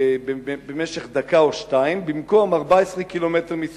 במשך דקה או שתיים, במקום 14 קילומטר מסביב.